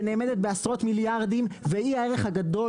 שנאמדת בעשרות מיליארדים והיא הערך הגדול,